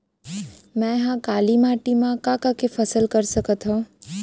मै ह काली माटी मा का का के फसल कर सकत हव?